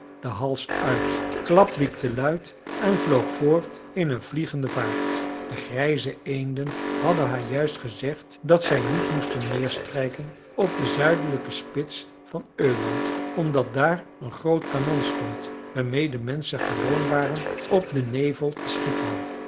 den hals uit klapwiekte luid en vloog voort in een vliegende vaart de grijze eenden hadden haar juist gezegd dat zij niet moesten neerstrijken op de zuidelijke spits van öland omdat daar een groot kanon stond waarmeê de menschen gewoon waren op den nevel te schieten